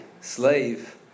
slave